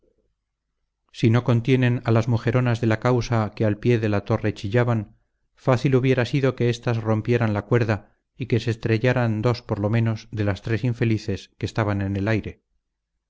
si no contienen a las mujeronas de la causa que al pie de la torre chillaban fácil hubiera sido que éstas rompieran la cuerda y que se estrellaran dos por lo menos de las tres infelices que estaban en el aire